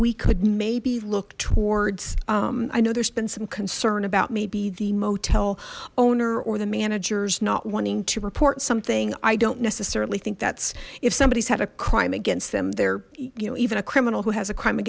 we could maybe look towards i know there's been some concern about maybe the motel owner or the managers not wanting to report something i don't necessarily think that's if somebody's had a crime against them they're you know even a criminal who has a crime